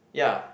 ya